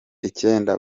icyenda